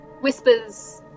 whispers